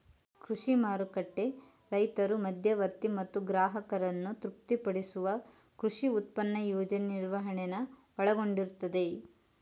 ಕೃಷಿ ಮಾರುಕಟ್ಟೆ ರೈತರು ಮಧ್ಯವರ್ತಿ ಮತ್ತು ಗ್ರಾಹಕರನ್ನು ತೃಪ್ತಿಪಡಿಸುವ ಕೃಷಿ ಉತ್ಪನ್ನ ಯೋಜನೆ ನಿರ್ವಹಣೆನ ಒಳಗೊಂಡಿರ್ತದೆ